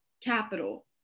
capital